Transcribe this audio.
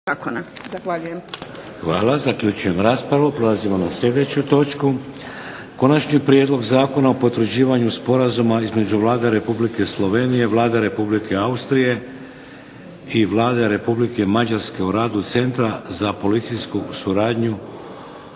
**Šeks, Vladimir (HDZ)** Prelazimo na sljedeću točku - Konačni prijedlog zakona o potvrđivanju Sporazuma između Vlade Republike Slovenije, Vlade Republike Austrije i Vlade Republike Mađarske o radu Centra za policijsku suradnju